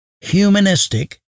humanistic